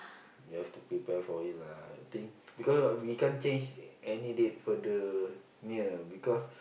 you have to prepare for it lah I think because we can't change any date further near because